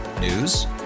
News